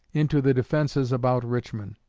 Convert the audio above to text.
into the defenses about richmond